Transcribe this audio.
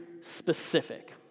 specific